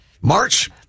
March